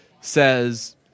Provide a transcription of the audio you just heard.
says